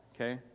okay